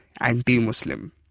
anti-Muslim